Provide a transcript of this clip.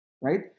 right